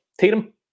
Tatum